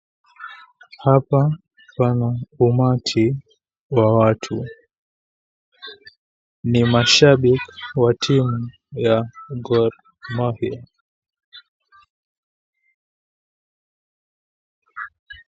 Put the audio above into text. Hapa pana umati wa watu. Ni mashabiki wa timu ya Gor Mahia.